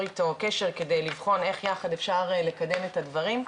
אתו קשר כדי לבחון איך יחד אפשר לפתור את הדברים,